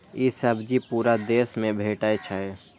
ई सब्जी पूरा देश मे भेटै छै